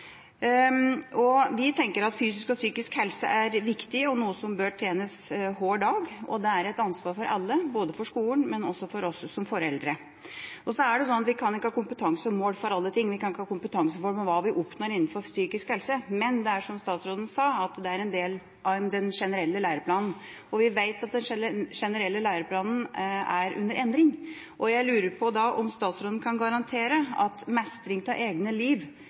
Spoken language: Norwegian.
både for skolen og for oss som foreldre. Så kan vi ikke ha kompetansemål for alle ting – vi kan ikke ha kompetansemål for hva vi oppnår innenfor psykisk helse. Men det er, som statsråden sa, en del av den generelle læreplanen, og vi vet at den generelle læreplanen er under endring. Jeg lurer på om statsråden kan garantere at mestring av egne liv